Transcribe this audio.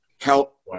help